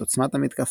את עוצמת המתקפה,